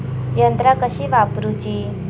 यंत्रा कशी वापरूची?